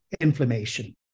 inflammation